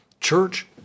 Church